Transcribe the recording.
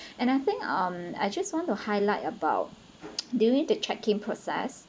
and I think um I just want to highlight about during the check in process